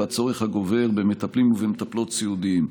והצורך הגובר במטפלים ומטפלות סיעודיים.